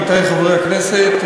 עמיתי חברי הכנסת,